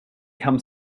come